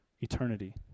eternity